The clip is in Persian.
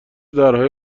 درهای